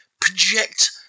project